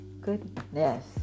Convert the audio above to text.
goodness